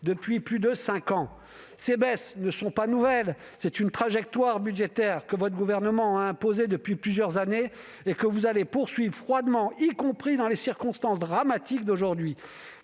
depuis plus de cinq ans. Ces baisses ne sont pas nouvelles. C'est une trajectoire budgétaire que votre gouvernement a imposée depuis plusieurs années et que vous allez poursuivre froidement, y compris dans les circonstances dramatiques d'aujourd'hui.